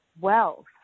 wealth